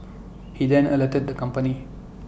he then alerted the company